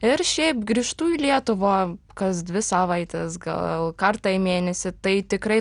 ir šiaip grįžtu į lietuvą kas dvi savaites gal kartą į mėnesį tai tikrai